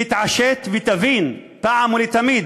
תתעשת ותבין פעם ולתמיד